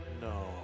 No